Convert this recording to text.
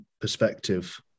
perspective